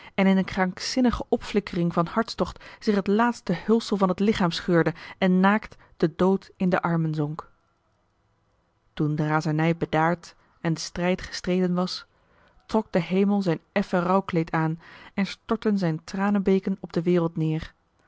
en in een krankzinnige opflikkering van hartstocht zich het laatste hulsel van het lichaam scheurde en naakt den marcellus emants een drietal novellen dood in de armen zonk toen de razernij bedaard en de strijd gestreden was trok de hemel zijn effen rouwkleed aan en stortten zijn tranenbeken op de wereld neer